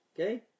Okay